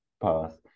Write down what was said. pass